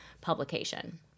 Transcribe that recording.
publication